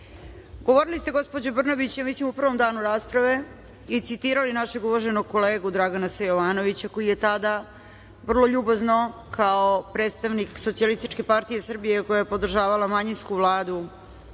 rude. Govorili ste, gospođo Brnabić, ja mislim u prvom danu rasprave i citirali našeg uvaženog kolegu Dragana S. Jovanovića, koji je tada vrlo ljubazno kao predstavnika SPS, koja je podržavala manjinsku Vladu